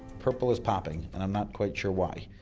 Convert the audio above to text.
purple is popping, and i'm not quite sure why